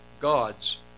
gods